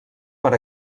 per